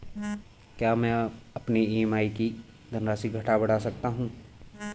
क्या मैं अपनी ई.एम.आई की धनराशि घटा बढ़ा सकता हूँ?